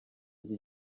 iki